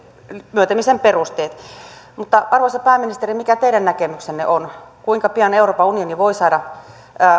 myöntämisen perusteet mutta arvoisa pääministeri mikä teidän näkemyksenne on kuinka pian euroopan unioni voi saada